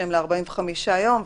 שהן ל-45 יום,